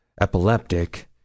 epileptic